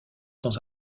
dans